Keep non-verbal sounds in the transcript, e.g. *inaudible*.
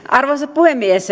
*unintelligible* arvoisa puhemies *unintelligible*